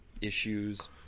issues